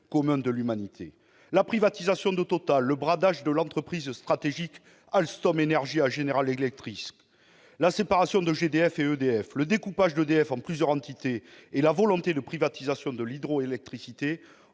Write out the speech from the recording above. commun de l'humanité. La privatisation de Total, le bradage de l'entreprise stratégique Alstom Énergie à General Electric, la séparation de GDF et d'EDF, le découpage d'EDF en plusieurs entités et la volonté de privatisation de l'hydroélectricité